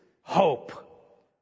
hope